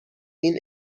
این